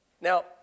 Now